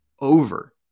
over